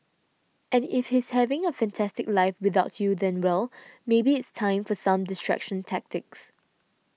and if he's having a fantastic life without you then well maybe it's time for some distraction tactics